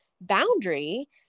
boundary